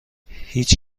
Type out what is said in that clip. هیچ